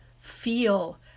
feel